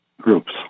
groups